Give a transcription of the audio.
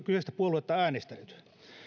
kyseistä puoluetta äänestäneet